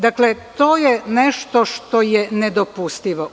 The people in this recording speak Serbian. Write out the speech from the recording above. Dakle, to je nešto što je nedopustivo.